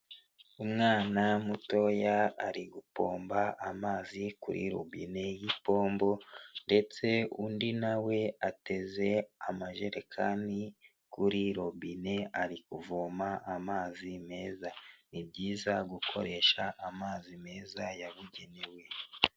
Umwana mutoya ari gupomba amazi kuri rubine y'ipombo ndetse undi na we ateze amajerekani kuri robine, ari kuvoma amazi meza ni byiza gukoresha amazi meza yabugenewe.